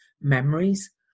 memories